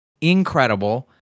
incredible